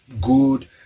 good